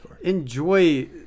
enjoy